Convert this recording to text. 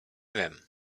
wiem